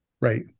Right